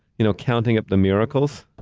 you know, counting up the miracles,